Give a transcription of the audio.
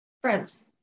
friends